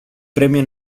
premio